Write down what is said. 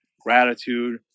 gratitude